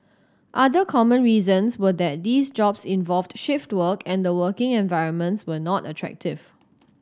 other common reasons were that these jobs involved shift work and the working environments were not attractive